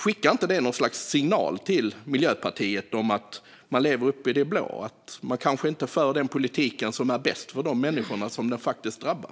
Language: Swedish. Skickar inte det något slags signal till Miljöpartiet om att de lever uppe i det blå, att de kanske inte för den politik som är bäst för de människor den faktiskt drabbar?